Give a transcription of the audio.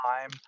time